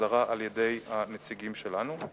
הזרה על-ידי נציגים שלנו.